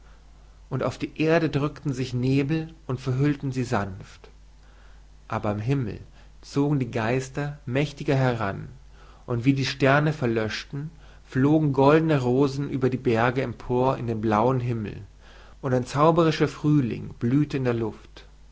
und auf die erde drückten sich nebel und verhüllten sie sanft aber am himmel zogen die geister mächtiger heran und wie die sterne verlöschten flogen goldene rosen über die berge empor in den blauen himmel und ein zauberischer frühling blühete in der luft